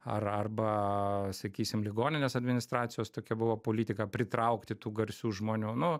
ar arba sakysim ligoninės administracijos tokia buvo politika pritraukti tų garsių žmonių nu